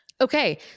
Okay